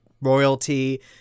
royalty